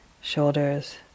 shoulders